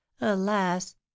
Alas